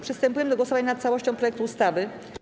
Przystępujemy do głosowania nad całością projektu ustawy.